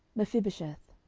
mephibosheth.